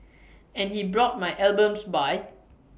and he brought my albums by